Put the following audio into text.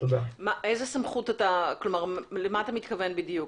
למה אתה מתכוון בדיוק?